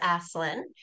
Aslan